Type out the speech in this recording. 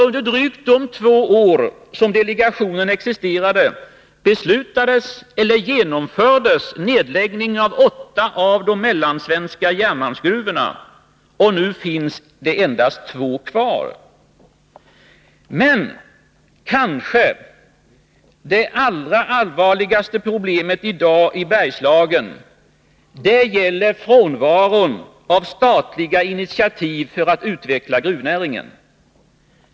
Under de dryga två år som delegationen existerade beslutades eller genomfördes nedläggning av åtta av de mellansvenska järnmalmsgruvorna. Nu finns det endast två kvar. Men det kanske allra allvarligaste problemet i dag i Bergslagen gäller frånvaron av statliga initiativ för att utveckla gruvnäringen.